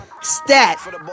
Stat